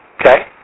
Okay